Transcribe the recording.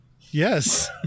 Yes